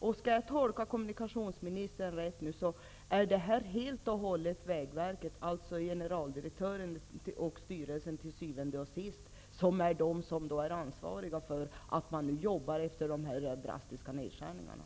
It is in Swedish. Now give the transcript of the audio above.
Om jag tolkar kommunikationsministern rätt menar han att det är helt och hållet vägverket -- alltså generaldirektören och styrelsen -- som till syvende och sist är ansvarigt för att man jobbar efter vad som sagts om de här drastiska nedskärningarna.